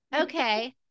Okay